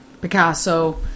Picasso